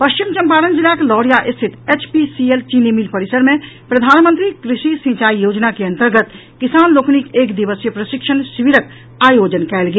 पश्चिम चंपारण जिलाक लौरिया स्थित एचपीसीएल चीनी मिल परिसर मे प्रधानमंत्री कृषी सिंचाई योजना के अंतर्गत किसान लोकनिक एक दिवसीय प्रशिक्षण शिविरक आयोजन कयल गेल